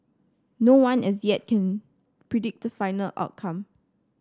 no one as yet can predict the final outcome